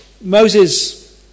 Moses